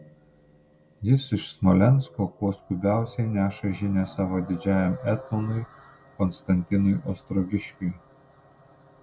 jis iš smolensko kuo skubiausiai neša žinią savo didžiajam etmonui konstantinui ostrogiškiui